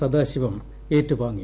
സദാശിവം ഏറ്റുവാങ്ങി